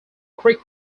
creek